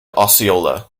osceola